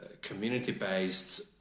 community-based